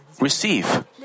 receive